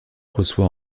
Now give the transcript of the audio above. reçoit